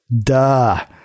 duh